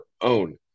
own